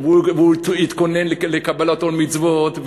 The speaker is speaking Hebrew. והתכונן לקבלת עול מצוות,